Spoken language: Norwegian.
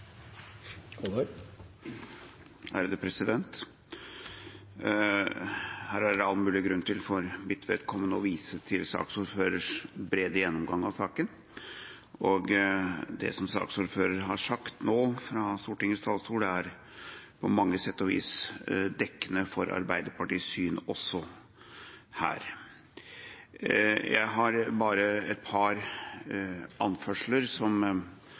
Her er det all mulig grunn til for mitt vedkommende å vise til saksordførerens brede gjennomgang av saken, og det som saksordføreren nå har sagt fra Stortingets talerstol, er på mange sett og vis også her dekkende for Arbeiderpartiets syn. Jeg har bare et par anførsler, som